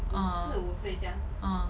uh uh